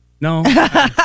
No